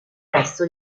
presso